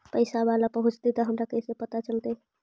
पैसा बाला पहूंचतै तौ हमरा कैसे पता चलतै?